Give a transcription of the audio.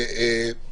איתן,